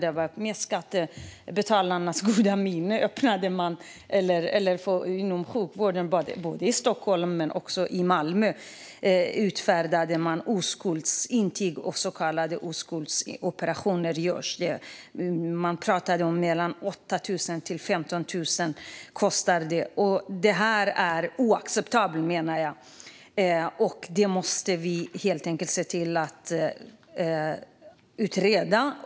Både i Stockholm och i Malmö utfärdade man inom sjukvården oskuldsintyg och gjorde så kallade oskuldsoperationer; det pratades om att det kostade 8 000-15 000. Det här är oacceptabelt, menar jag. Vi måste helt enkelt se till att det utreds.